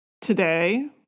today